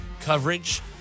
coverage